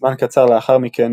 זמן קצר לאחר מכן,